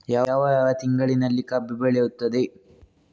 ಯಾವ ಯಾವ ತಿಂಗಳಿನಲ್ಲಿ ಕಬ್ಬು ಬೆಳೆಯುತ್ತದೆ?